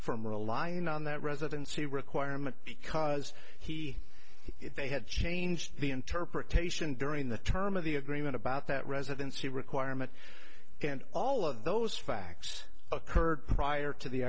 from relying on that residency requirement because he they had changed the interpretation during the term of the agreement about that residency requirement and all of those facts occurred prior to the